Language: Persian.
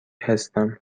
هستم